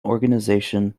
organisation